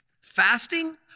Fasting